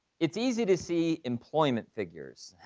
it's easy to see employment figures,